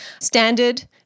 standard